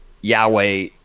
Yahweh